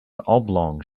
oblong